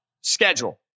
schedule